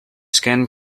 skin